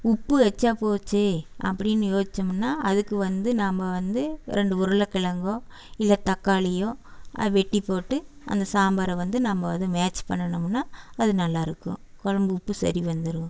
உப்பு எச்சாக போச்சு அப்படின்னு யோச்சித்தோம்னா அதுக்கு வந்து நாம் வந்து ரெண்டு உருளை கிழங்கோ இல்லை தக்காளியோ வெட்டிப் போட்டு அந்த சாம்பாரை வந்து நம்ம வந்து மேட்ச் பண்ணுணமுனால் அது நல்லா இருக்கும் குழம்பு உப்பு சரி வந்துடும்